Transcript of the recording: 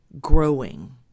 growing